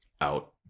out